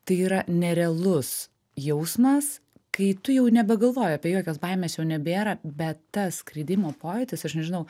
tai yra nerealus jausmas kai tu jau nebegalvoji apie jokias baimes nebėra bet tas skridimo pojūtis aš nežinau